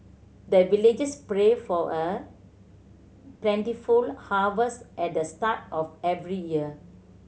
the villagers pray for a plentiful harvest at the start of every year